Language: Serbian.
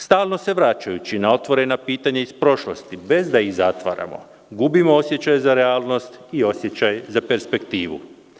Stalno se vraćajući na otvorena pitanja iz prošlosti, bez da ih zatvaramo, gubimo osjećaj za realnost i osjećaj za perspektivu.